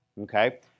Okay